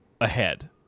ahead